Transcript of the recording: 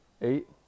Eight